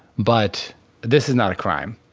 but this is not a crime.